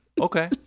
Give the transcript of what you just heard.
okay